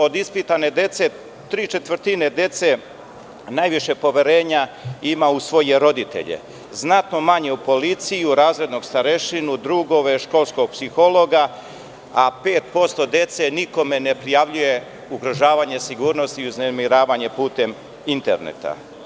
Od ispitane dece tri četvrtine dece najviše poverenja ima u svoje roditelje, a znatno manje u policiju, razrednog starešinu, drugove, školskog psihologa, a 5% dece nikome ne prijavljuje ugrožavanje sigurnosti i uznemiravanje putem interneta.